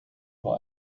über